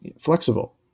flexible